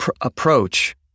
approach